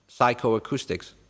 psychoacoustics